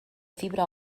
fibra